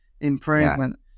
improvement